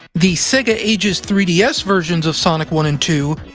the sega ages three ds versions of sonic one and two,